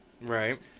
Right